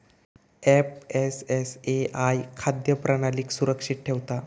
FSSAI खाद्य प्रणालीक सुरक्षित ठेवता